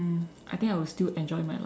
I think I will still enjoy my life